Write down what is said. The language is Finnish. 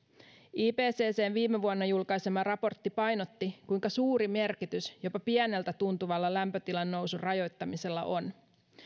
ipccn viime vuonna julkaisema raportti painotti kuinka suuri merkitys jopa pieneltä tuntuvalla lämpötilan nousun rajoittamisella on